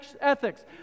ethics